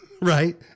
right